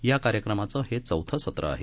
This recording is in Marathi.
या कार्यक्रमाचं हे चौथं सत्र आहे